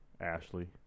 Ashley